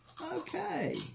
Okay